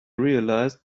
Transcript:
realised